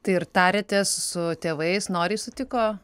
tai ir tarėtės su tėvais noriai sutiko